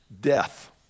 death